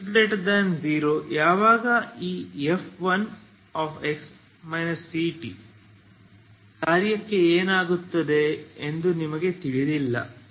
x0 ಯಾವಾಗ ಈ f1x ct ಕಾರ್ಯಕ್ಕೆ ಏನಾಗುತ್ತದೆ ಎಂದು ನಿಮಗೆ ತಿಳಿದಿಲ್ಲ